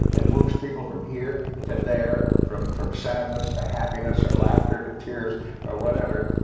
it moves people from here to there, from from sadness to happiness or laughter to tears or whatever.